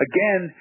Again